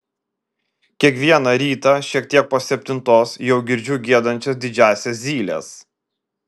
kiekvieną ryta šiek tiek po septintos jau girdžiu giedančias didžiąsias zyles